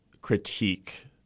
critique